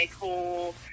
cool